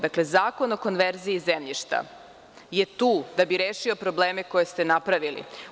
Dakle, Zakon o konverziji zemljišta je tu da bi rešio probleme koje ste napravili.